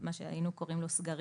מה שהיינו קוראים לו "סגר",